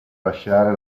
lasciare